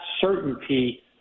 certainty –